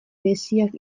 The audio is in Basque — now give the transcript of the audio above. tesiak